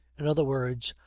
in other words,